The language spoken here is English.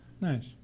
Nice